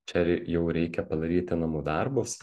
čia ri jau reikia padaryti namų darbus